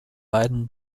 beiden